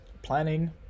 Planning